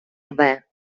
рве